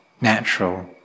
natural